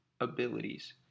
abilities